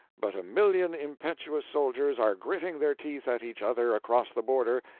but a million impetuous soldiers are gritting their teeth at each other across the border,